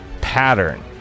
pattern